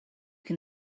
can